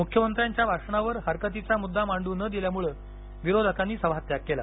मुख्यमंत्र्यांच्या भाषणावर हरकतीचा मुद्दा मांडू न दिल्यामुळे विरोधकांनी सभात्याग केला